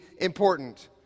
important